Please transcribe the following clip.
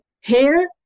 hair